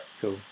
Cool